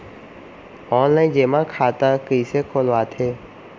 Online जेमा खाता कइसे खोलवाथे?